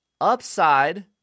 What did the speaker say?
Upside